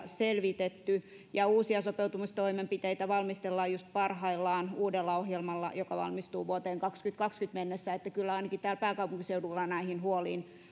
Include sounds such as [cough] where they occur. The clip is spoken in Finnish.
selvitetty ja uusia sopeutumistoimenpiteitä valmistellaan just parhaillaan uudella ohjelmalla joka valmistuu vuoteen kaksituhattakaksikymmentä mennessä joten kyllä ainakin täällä pääkaupunkiseudulla näihin huoliin [unintelligible]